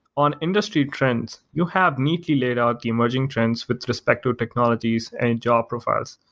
on industry trends, you have meaty laid out the emerging trends with respect to technologies and and job profiles.